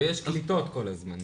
ויש קליטות כל הזמן.